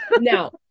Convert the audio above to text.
now